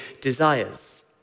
desires